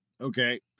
Okay